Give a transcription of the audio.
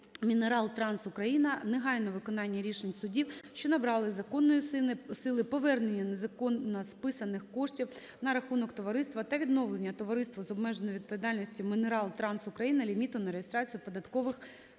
"Мінерал Транс Україна", негайного виконання рішення судів, що набрали законної сили, повернення незаконно списаних коштів на рахунок товариства та відновлення товариству з обмеженою відповідальністю "Мінерал Транс Україна" ліміту на реєстрацію податкових